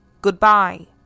Goodbye